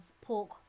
pork